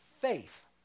faith